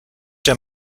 der